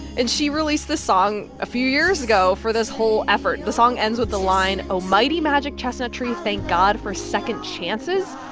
and she released this song a few years ago for this whole effort. the song ends with the line oh, mighty magic chestnut tree, thank god for second chances.